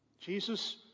Jesus